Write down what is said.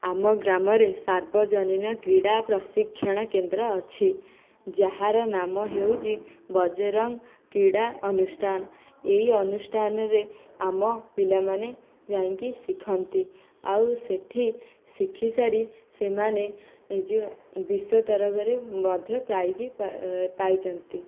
ଆମ ଗ୍ରାମରେ ସାର୍ବଜନୀନ କ୍ରୀଡ଼ା ପ୍ରଶିକ୍ଷଣ କେନ୍ଦ୍ର ଅଛି ଯାହାର ନାମ ହେଉଛି ବଜରଙ୍ଗ କ୍ରୀଡ଼ା ଅନୁଷ୍ଠାନ ଏହି ଅନୁଷ୍ଠାନରେ ଆମ ପିଲାମାନେ ଯାଇକି ଶିଖନ୍ତି ଆଉ ସେଠି ଶିଖିସାରି ସେମାନେ ଯେ ବିଶ୍ଵଦରବାରରେ ମଧ୍ୟ ପ୍ରାଇଜ୍ ପାଇଛନ୍ତି